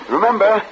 Remember